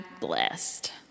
Blessed